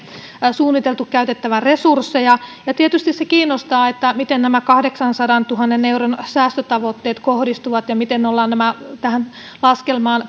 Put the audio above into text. suunniteltu käytettävän resursseja tietysti se kiinnostaa miten nämä kahdeksansadantuhannen euron säästötavoitteet kohdistuvat ja miten ollaan tähän laskelmaan